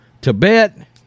Tibet